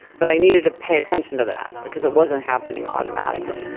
but i needed to pay attention to that because it wasn't happening automatically.